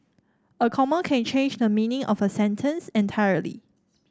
a comma can change the meaning of a sentence entirely